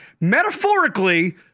metaphorically